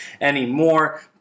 anymore